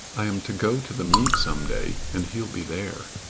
i am to go to the meet some day and he'll be there.